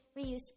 reuse